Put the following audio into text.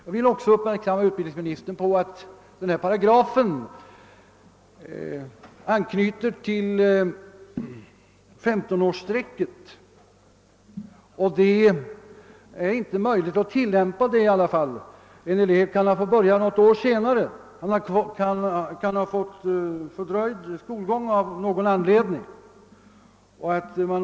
Jag vill göra utbildningsministern uppmärksam på att denna paragraf anknyter till 1ö5-årsstrecket, och det är inte möjligt att tillämpa det i alla fall; en elev kan ha fått fördröjd skolgång av någon anledning.